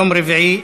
יום רביעי,